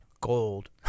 gold